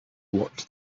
watched